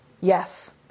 Yes